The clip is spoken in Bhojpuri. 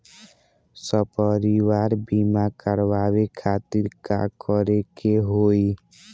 सपरिवार बीमा करवावे खातिर का करे के होई?